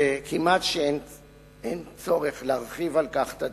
וכמעט אין צורך להרחיב על כך את הדיבור.